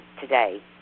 today